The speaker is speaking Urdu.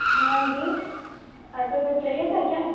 ہاں جی آپ کو کچھ چاہیے تھا کیا